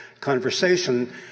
conversation